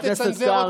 למה, חבר הכנסת קרעי?